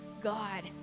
God